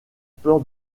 peur